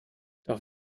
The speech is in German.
doch